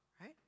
right